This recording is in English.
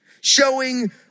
Showing